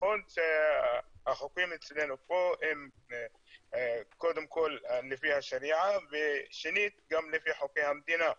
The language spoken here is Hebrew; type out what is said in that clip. נכון שהחוקים אצלנו פה הם קודם כל לפי השריעה ושנית גם לפי חוקי המדינה.